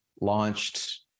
launched